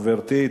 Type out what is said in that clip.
גברתי,